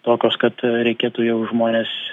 tokios kad reikėtų jau žmones